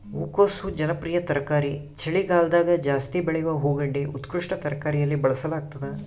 ಹೂಕೋಸು ಜನಪ್ರಿಯ ತರಕಾರಿ ಚಳಿಗಾಲದಗಜಾಸ್ತಿ ಬೆಳೆಯುವ ಹೂಗಡ್ಡೆ ಉತ್ಕೃಷ್ಟ ತರಕಾರಿಯಲ್ಲಿ ಬಳಸಲಾಗ್ತದ